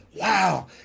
wow